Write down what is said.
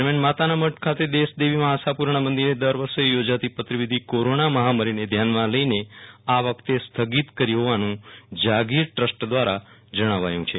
દરમિયાન માતાના મઢ ખાતે દેશદેવી મા આશાપુરાના મંદિરે દર વરસે થોજાતી પતરી વિધિ કોરોના મહામારીને ધ્યાનમાં લઈને આ વખતે સ્થગિત કરી હોવાનું જાગીર ટ્રસ્ટ દ્વારા જણાવાયું છે